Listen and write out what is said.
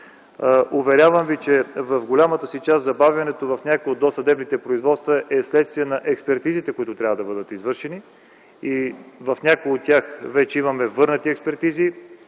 Уверявам Ви, че в голямата си част забавянето в някои от досъдебните производства е следствие на експертизите, които трябва да бъдат извършени. В някои от тях вече имаме върнати експертизи.